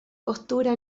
costura